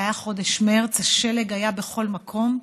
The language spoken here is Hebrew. זה היה חודש מרס, והשלג היה בכל מקום.